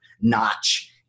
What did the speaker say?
notch